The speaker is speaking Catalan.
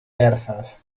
perses